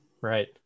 Right